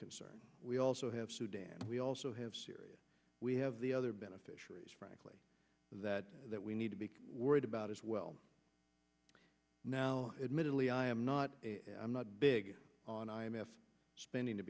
concern we also have sudan we also have syria we have the other beneficiaries frankly that that we need to be worried about as well now admittedly i am not i'm not big on i m f spending to